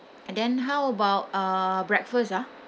and then how about uh breakfast ah